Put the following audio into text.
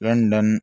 London